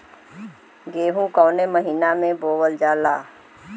गेहूँ कवने महीना में बोवल जाला?